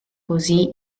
così